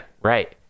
right